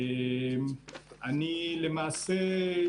למעשה,